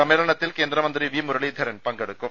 സമ്മേളനത്തിൽ കേന്ദ്രമന്ത്രി വി മുരളീധരൻ പങ്കെടുക്കും